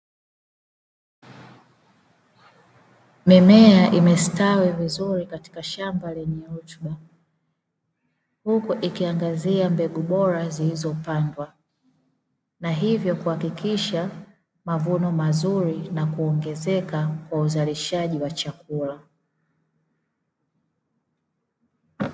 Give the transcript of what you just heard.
Mimea imestawi vizuri katika shamba lenye rutuba, huku ikiangazia mbegu bora zilizopandwa na hivyo kuhakikisha mavuno mazuri na kuongezeka kwa uzalishaji wa chakula.